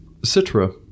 Citra